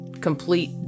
complete